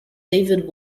david